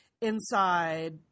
inside